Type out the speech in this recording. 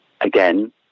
again